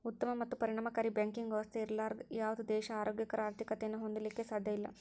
ಉತ್ತಮ ಮತ್ತು ಪರಿಣಾಮಕಾರಿ ಬ್ಯಾಂಕಿಂಗ್ ವ್ಯವಸ್ಥೆ ಇರ್ಲಾರ್ದ ಯಾವುದ ದೇಶಾ ಆರೋಗ್ಯಕರ ಆರ್ಥಿಕತೆಯನ್ನ ಹೊಂದಲಿಕ್ಕೆ ಸಾಧ್ಯಇಲ್ಲಾ